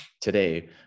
today